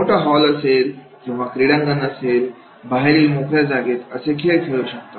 मोठा हॉल असेल किंवा क्रीडांगण असेल बाहेरील मोकळ्या जागेत असे खेळ खेळू शकता